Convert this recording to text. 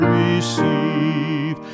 receive